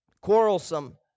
Quarrelsome